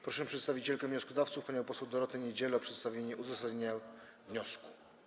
Proszę przedstawicielkę wnioskodawców panią poseł Dorotę Niedzielę o przedstawienie uzasadnienia wniosku.